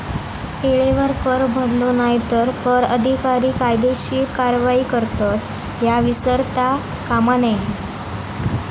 येळेवर कर भरलो नाय तर कर अधिकारी कायदेशीर कारवाई करतत, ह्या विसरता कामा नये